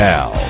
Now